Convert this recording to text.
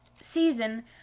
season